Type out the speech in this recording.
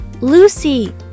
Lucy